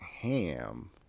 ham